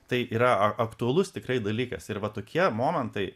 tai yra a aktualus tikrai dalykas ir va tokie momentai